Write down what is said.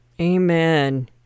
Amen